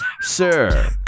sir